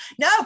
no